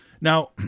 Now